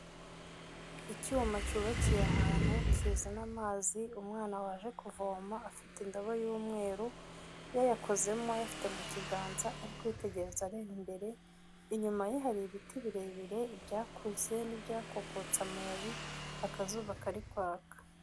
Icyuma cyubakiye ahantu kizana amazi, umwana waje kuvoma afite indobo y'umweru, yayakozemo ayafite mu kiganza ari kwitegereza areba imbere, inyuma ye hari ibiti birebire, ibyakuze, n'ibyakokotse amababi akazuba karikwaka.